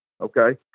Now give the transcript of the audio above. okay